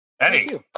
Eddie